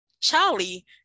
Charlie